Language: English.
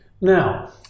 Now